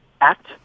act